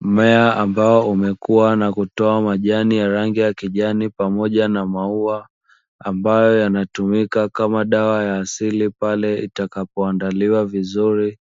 Mmea ambao umekuwa na kutoa majani ya rangi ya kijani pamoja na maua, ambayo yanatumika kama dawa ya asili pale itakapoandaliwa vizuri